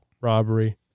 robbery